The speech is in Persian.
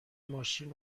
ماشین